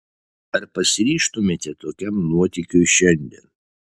ar pasiryžtumėte tokiam nuotykiui šiandien